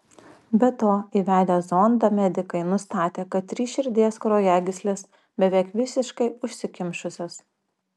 be to įvedę zondą medikai nustatė kad trys širdies kraujagyslės beveik visiškai užsikimšusios